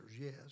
yes